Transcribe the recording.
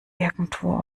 irgendwo